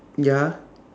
ya